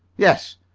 yes,